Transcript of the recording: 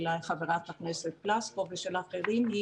גם חברת הכנסת פלוסקוב ואחרים,